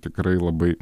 tikrai labai